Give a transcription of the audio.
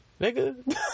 nigga